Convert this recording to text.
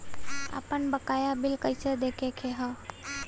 आपन बकाया बिल कइसे देखे के हौ?